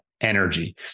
energy